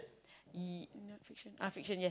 ye~ non-fiction uh fiction yes